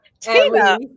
Tina